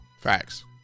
Facts